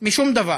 משום דבר.